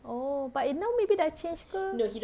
oh but eh now maybe dah changed ke